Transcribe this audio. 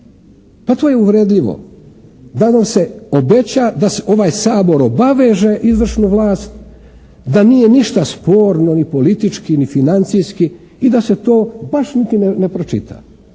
pa to je uvredljivo. Da nam se obeća da ovaj Sabor obaveže izvršnu vlast, da nije ništa sporno ni politički, ni financijski i da se to baš niti ne pročita.